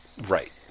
Right